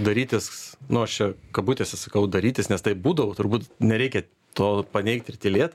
darytis nu aš čia kabutėse sakau darytis nes taip būdavo turbūt nereikia to paneigt ir tylėt